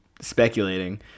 speculating